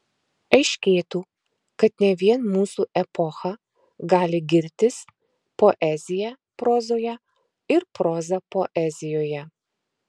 aiškėtų kad ne vien mūsų epocha gali girtis poezija prozoje ir proza poezijoje